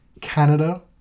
Canada